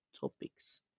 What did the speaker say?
topics